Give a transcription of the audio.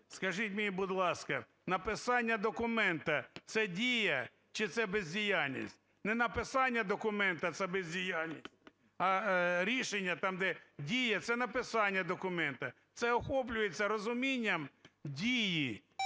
Скажіть мені, будь ласка, написання документа – це дія чи це бездіяльність? Ненаписання документа – це бездіяльність, а рішення, там, де дія, - це написання документу, це охоплюється розумінням дії.